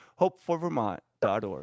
HopeForVermont.org